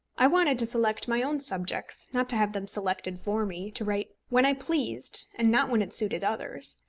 i wanted to select my own subjects not to have them selected for me to write when i pleased and not when it suited others.